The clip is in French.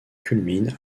culmine